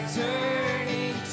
turning